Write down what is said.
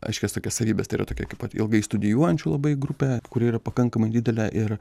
aiškias tokias savybes yra tokia po ilgai studijuojančių labai grupė kuri yra pakankamai didelė ir